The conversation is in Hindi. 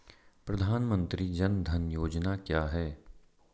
प्रधानमंत्री जन धन योजना क्या है?